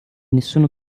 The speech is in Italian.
nessuno